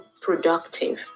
productive